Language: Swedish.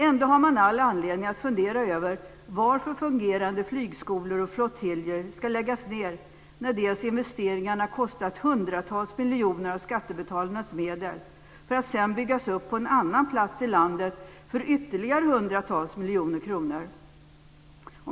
Ändå har man all anledning att fundera över varför fungerande flygskolor och flottiljer ska läggas ned - när investeringarna kostat hundratals miljoner av skattebetalarna medel - för att sedan byggas upp på en annan plats i landet för ytterligare hundratals miljoner kronor.